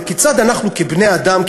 אלא כיצד אנחנו כבני-אדם,